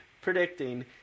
predicting